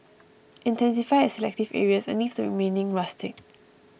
intensify at selective areas and leave the remaining rustic